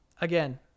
again